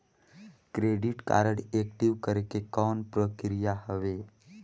Credit card active करे के कौन प्रक्रिया हवे?